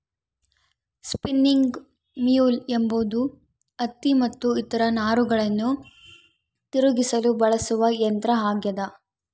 spinning mule ಎಂಬುದು ಹತ್ತಿ ಮತ್ತು ಇತರ ನಾರುಗಳನ್ನು ತಿರುಗಿಸಲು ಬಳಸುವ ಯಂತ್ರ ಆಗ್ಯದ